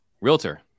Realtor